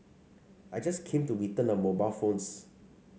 I just came to return a mobile phones